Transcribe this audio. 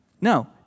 No